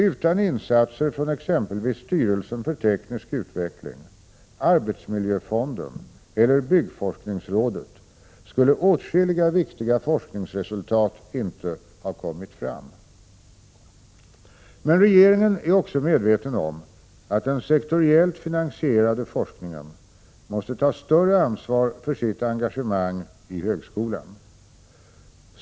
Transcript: Utan insatser från exempelvis styrelsen för teknisk utveckling, arbetsmiljöfonden eller byggforskningsrådet skulle åtskilliga viktiga forskningsresultat inte ha kommit fram. Men regeringen är också medveten om att den sektoriellt finansierade forskningen måste ta större ansvar för sitt engagemang i högskolan.